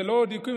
זה לא דו-קיום,